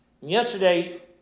Yesterday